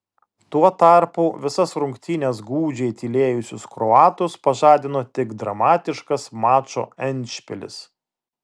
tuo tarpu visas rungtynes gūdžiai tylėjusius kroatus pažadino tik dramatiškas mačo endšpilis